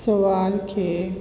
सवाल खे